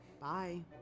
Bye